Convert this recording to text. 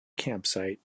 campsite